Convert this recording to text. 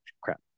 crap